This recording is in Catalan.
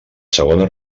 segona